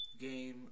Game